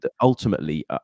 ultimately